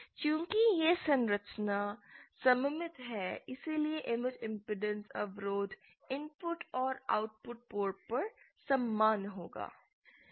चूंकि यह संरचना सममित है इसलिए इमेज इमपेडेंस अवरोध इनपुट और आउटपुट पोर्ट पर समान होंगे